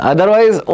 Otherwise